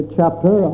chapter